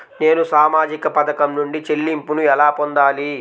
నేను సామాజిక పథకం నుండి చెల్లింపును ఎలా పొందాలి?